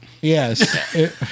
Yes